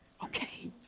Okay